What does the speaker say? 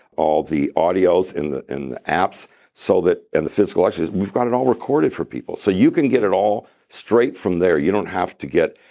all the audios in the in the apps so and the physical exercises. we've got it all recorded for people. so you can get it all straight from there. you don't have to get.